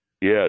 Yes